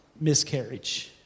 miscarriage